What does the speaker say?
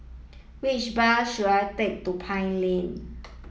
which bus should I take to Pine Lane